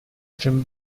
from